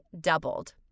Doubled